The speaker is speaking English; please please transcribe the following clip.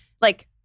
Like-